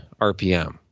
RPM